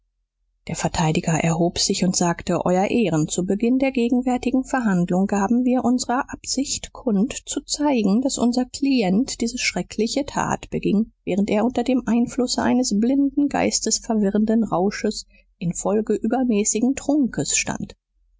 der verteidiger erhob sich und sagte euer ehren zu beginn der gegenwärtigen verhandlung gaben wir unsere absicht kund zu zeigen daß unser klient diese schreckliche tat beging während er unter dem einflusse eines blinden geistesverwirrenden rausches infolge übermäßigen trunkes stand